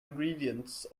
ingredients